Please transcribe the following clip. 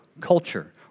culture